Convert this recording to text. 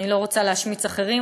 אני לא רוצה להשמיץ אחרים,